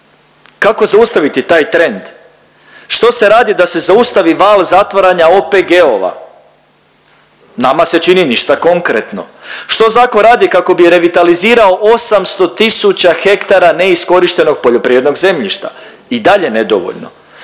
Kako zaustaviti taj trend? Što se radi da se zaustavi val zatvaranja OPG-ova. Nama se čini ništa konkretno. Što zakon radi kako bi revitalizirao 800 000 ha neiskorištenog poljoprivrednog zemljišta? I dalje nedovoljno.